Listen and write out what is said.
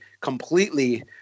completely